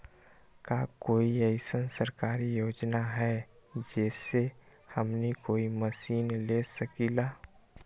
का कोई अइसन सरकारी योजना है जै से हमनी कोई मशीन ले सकीं ला?